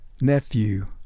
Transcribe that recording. nephew